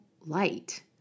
light